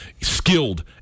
skilled